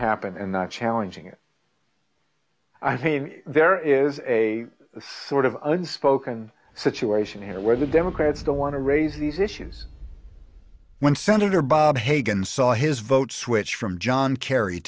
happen and not challenging it i mean there is a sort of unspoken situation here where the democrats don't want to raise these issues when senator bob hagan saw his vote switch from john